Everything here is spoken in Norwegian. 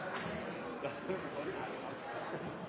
feil, og så gjentar de